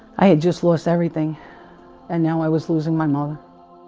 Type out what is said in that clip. i had just lost everything and now i was losing my mother